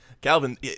calvin